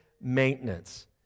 maintenance